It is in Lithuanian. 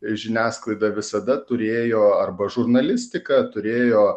žiniasklaida visada turėjo arba žurnalistika turėjo